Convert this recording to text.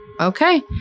Okay